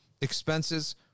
expenses